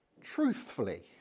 truthfully